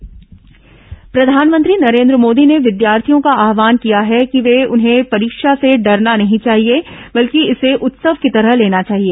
परीक्षा पे चर्चा प्रधानमंत्री नरेन्द्र मोदी ने विद्यार्थियों का आहवान किया है कि उन्हें परीक्षा से डरना नहीं चाहिए बल्कि इसे उत्सव की तरह लेना चाहिए